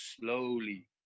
slowly